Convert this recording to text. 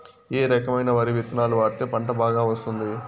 ఏ రకమైన వరి విత్తనాలు వాడితే పంట బాగా వస్తుంది?